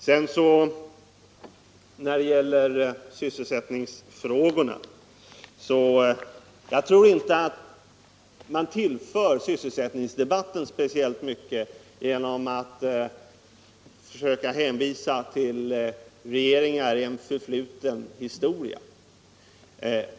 När det sedan gäller sysselsättningsfrågorna tror jag inte att man tillför sysselsättningsdebatten speciellt mycket genom att hänvisa till regeringar i en förfluten tid.